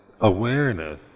awareness